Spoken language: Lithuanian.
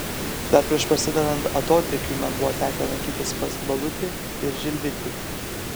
dar prieš prasidedant atodrėkiui man buvo tekę lankytis pas balutį ir žilvitį